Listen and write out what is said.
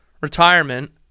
retirement